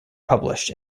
published